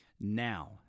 now